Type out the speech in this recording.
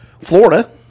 Florida